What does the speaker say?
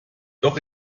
doch